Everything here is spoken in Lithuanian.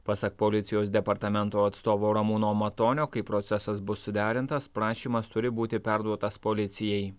pasak policijos departamento atstovo ramūno matonio kai procesas bus suderintas prašymas turi būti perduotas policijai